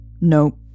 Nope